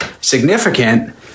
significant